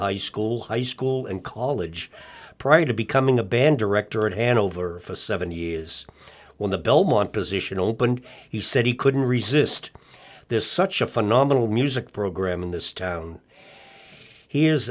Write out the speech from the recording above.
high school high school and college prior to becoming a band director and over seventy years when the belmont position opened he said he couldn't resist this such a phenomenal music program in this town he is